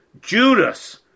Judas